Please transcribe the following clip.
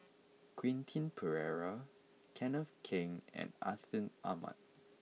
Quentin Pereira Kenneth Keng and Atin Amat